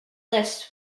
lists